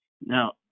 Now